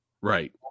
Right